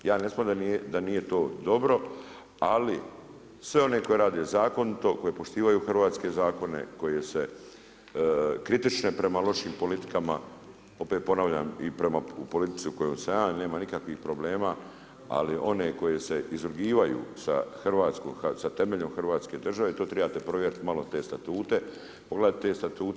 Ja ne smatram da nije to dobro, ali sve one koji rade zakonito, koji poštivaju hrvatske zakone, koji se kritične prema lošim politikama, opet ponavljam i prema u politici u kojoj sam ja nema nikakvih problema, ali one koje se izrugivaraju sa Hrvatskom, sa temeljom Hrvatske države, to trebate povjeriti malo te statute, pogledati te statute.